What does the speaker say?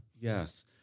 Yes